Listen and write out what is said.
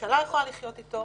שהממשלה יכולה לחיות איתו